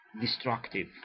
destructive